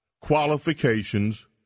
qualifications